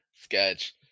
sketch